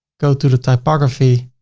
go to the typography,